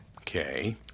Okay